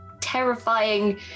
terrifying